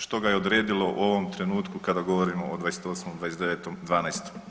Što ga je odredilo u ovom trenutku kada govorimo o 28. i 29.12.